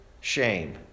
shame